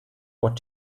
what